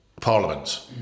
Parliament